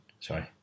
sorry